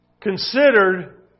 considered